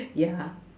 ya